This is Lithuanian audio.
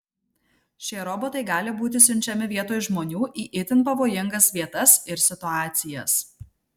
šie robotai gali būti siunčiami vietoj žmonių į itin pavojingas vietas ir situacijas